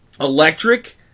electric